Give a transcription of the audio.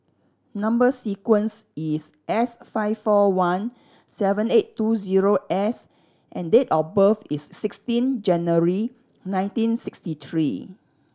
number sequence is S five four one seven eight two zero S and date of birth is sixteen January nineteen sixty three